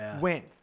went